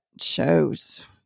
shows